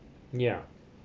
ya